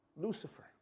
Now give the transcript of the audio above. Lucifer